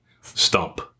stump